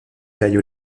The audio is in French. taille